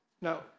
Now